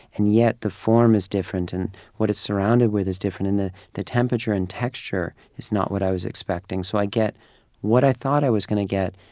and yet the form is different and what it is surrounded with is different and the the temperature and texture is not what i was expecting. so i get what i thought i was going to get,